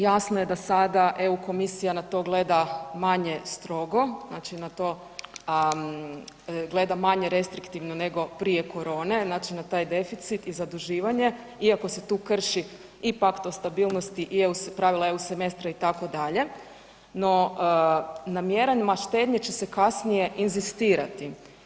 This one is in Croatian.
Jasno je da sada EU komisija na to gleda manje strogo, znači na to gleda manje restriktivno nego prije korone znači na taj deficit i zaduživanje iako se tu krši i pakt o stabilnosti i EU, pravila EU semestra itd., no na mjerama štednje će se kasnije inzistirati.